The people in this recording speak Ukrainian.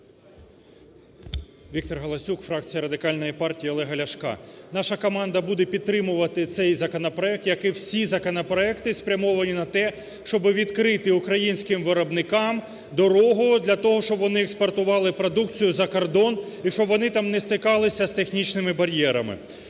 Віктор Галасюк, фракція Радикальної партії Олега Ляшка. Наша команда буде підтримувати цей законопроект, як і всі законопроекти, спрямовані на те, щоб відкрити українським виробниками дорогу для того, щоб вони експортували продукцію за кордон і щоб вони там не стикалися з технічними бар'єрами.